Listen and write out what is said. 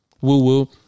Woo-woo